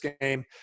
game